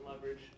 leverage